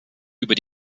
über